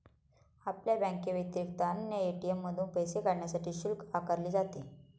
आपल्या बँकेव्यतिरिक्त अन्य ए.टी.एम मधून पैसे काढण्यासाठी शुल्क आकारले जाते